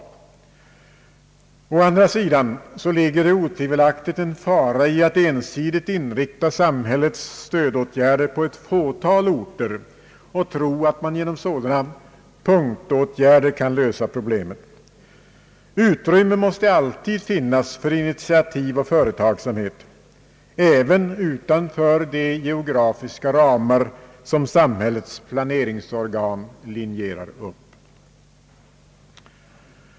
Å andra sidan ligger det otvivelaktigt en fara i att ensidigt inrikta samhällets stödåtgärder på ett fåtal orter och tro att man med sådana punktåtgärder kan lösa problemet. Utrymme måste alltid finnas för initiativ och företagsamhet även utanför de geografiska ramar som samhällets planeringsorgan drar upp.